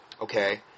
Okay